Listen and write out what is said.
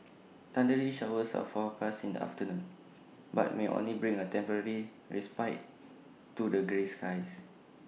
thundery showers are forecast in the afternoon but may only bring A temporary respite to the grey skies